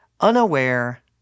unaware